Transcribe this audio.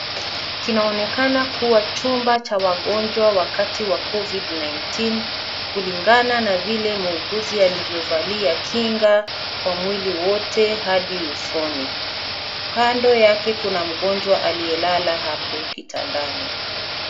Kinaonekana kuwa chumba cha wagonjwa wakati wa Covid-19 , kulingana na vile muuguzi alivyovalia kinga kwa mwili wote hadi usoni. Kando yake kuna mgonjwa aliyelala hapo kitandani.